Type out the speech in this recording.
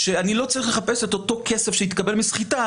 אני לא צריך לחפש את אותו כסף שהתקבל מסחיטה.